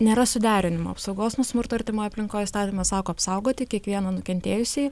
nėra suderinimo apsaugos nuo smurto artimoj aplinkoj įstatymas sako apsaugoti kiekvieną nukentėjusįjį